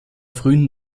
frühen